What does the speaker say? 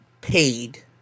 paid